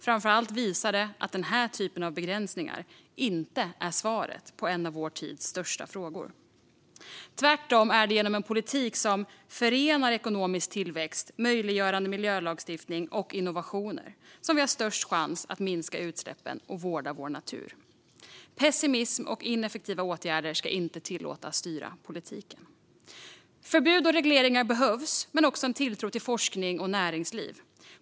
Framför allt visar det att den här typen av begränsningar inte är svaret på en av vår tids största frågor. Tvärtom är det genom en politik som förenar ekonomisk tillväxt, möjliggörande miljölagstiftning och innovationer som vi har störst chans att minska utsläppen och vårda vår natur. Pessimism och ineffektiva åtgärder ska inte tillåtas styra politiken. Förbud och regleringar behövs självklart men också tilltro till forskning och näringsliv.